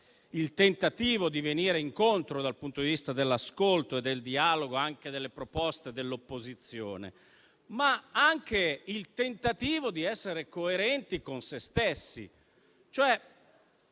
al tentativo di venire incontro, dal punto di vista dell'ascolto e del dialogo, anche alle proposte dell'opposizione. Ma parlo anche del tentativo di essere coerenti con se stessi.